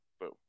Boom